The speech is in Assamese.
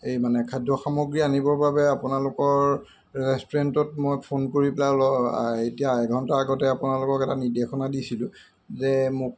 এই মানে খাদ্য সামগ্ৰী আনিবৰ বাবে আপোনালোকৰ ৰেষ্টুৰেণ্টত মই ফোন কৰি পেলাই এতিয়া এঘণ্টাৰ আগতে আপোনালোকক এটা নিৰ্দেশনা দিছিলোঁ যে মোক